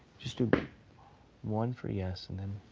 just do one for yes and then